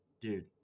dude